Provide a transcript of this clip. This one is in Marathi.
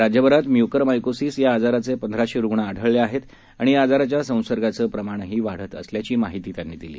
राज्यभरात म्य्कर मायकोसीस या आजाराचे पंधराशे रुग्ण आढळले आहे आणि या आजाराच्या संसर्गाचं प्रमाणही वाढत असल्याची माहिती त्यांनी दिली